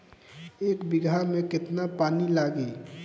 एक बिगहा में केतना पानी लागी?